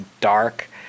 dark